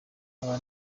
aba